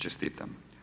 Čestitam!